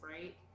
Right